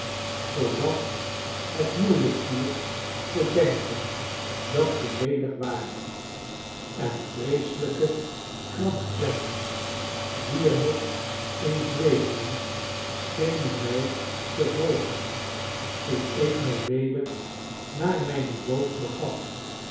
zoodat het moeielijk viel te denken dat ze ledig waren en vreeselijke kramptrekkingen die er nog in zweefden schenen mij te volgen toen ik mij weder naar mijne boot begaf